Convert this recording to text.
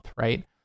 right